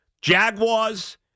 Jaguars